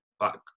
back